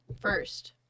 First